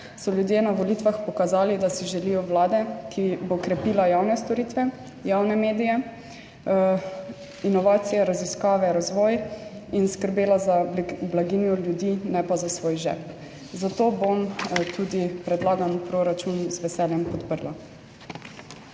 so ljudje na volitvah pokazali, da si želijo vlade, ki bo krepila javne storitve, javne medije, inovacije, raziskave, razvoj in skrbela za blaginjo ljudi, ne pa za svoj žep. Zato bom tudi predlagan proračun z veseljem podprla.